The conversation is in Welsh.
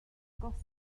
agosaf